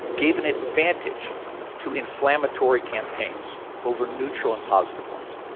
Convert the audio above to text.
gave an advantage to inflammatory campaigns over neutral and positive ones.